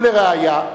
ולראיה,